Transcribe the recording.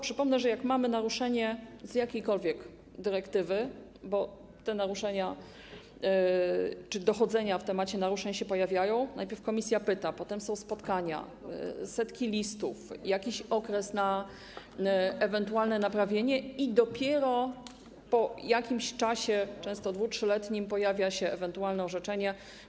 Przypomnę, że jak mamy naruszenie w związku z jakąkolwiek dyrektywą, bo te naruszenia czy dochodzenia w zakresie naruszeń się pojawiają, to najpierw Komisja pyta, potem są spotkania, setki listów, jakiś okres na ewentualne naprawienie i dopiero po jakimś czasie, często 2-3-letnim, pojawia się ewentualne orzeczenie.